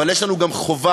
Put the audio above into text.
אבל יש לנו גם חובה,